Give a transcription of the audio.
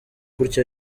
gutyo